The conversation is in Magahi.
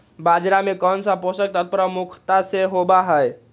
बाजरा में कौन सा पोषक तत्व प्रमुखता से होबा हई?